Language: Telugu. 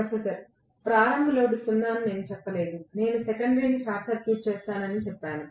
ప్రొఫెసర్ ప్రారంభ లోడ్ సున్నా అని నేను చెప్పలేదు నేను సెకండరీని షార్ట్ సర్క్యూట్ చేస్తానని చెప్పాను